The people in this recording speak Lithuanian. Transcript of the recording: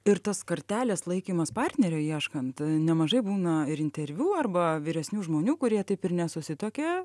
ir tas kortelės laikymas partnerio ieškant nemažai būna ir interviu arba vyresnių žmonių kurie taip ir nesusituokė